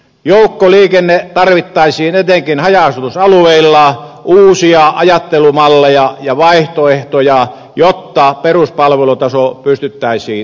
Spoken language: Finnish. joukkoliikenteeseen tarvittaisiin etenkin haja asutusalueilla uusia ajattelumalleja ja vaihtoehtoja jotta peruspalvelutaso pystyttäisiin turvaamaan